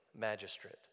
magistrate